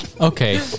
Okay